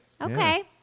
Okay